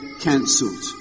cancelled